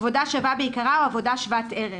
עבודה שווה בעיקרה או עבודה שוות ערך.